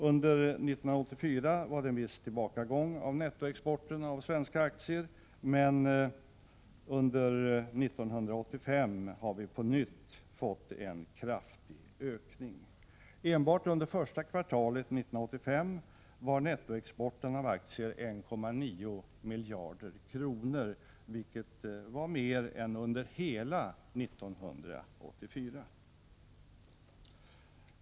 Under 1984 var det en viss tillbakagång i nettoexporten av svenska aktier, men under 1985 har vi på nytt fått en kraftig ökning. Enbart under första kvartalet 1985 var nettoexporten av aktier 1,9 miljarder kronor, vilket var mer än under hela 1984.